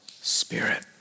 spirit